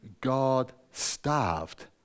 God-starved